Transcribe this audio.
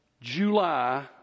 july